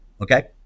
okay